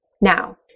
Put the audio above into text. Now